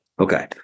Okay